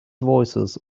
voices